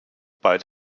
bei